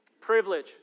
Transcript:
Privilege